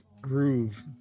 groove